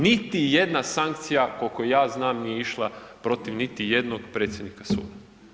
Niti jedna sankcija, koliko ja znam, nije išla protiv niti jednog predsjednika suda.